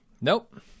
nope